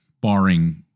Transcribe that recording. barring